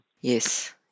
Yes